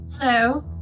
Hello